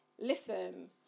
Listen